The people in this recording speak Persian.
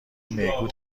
میگو